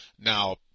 Now